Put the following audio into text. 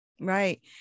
right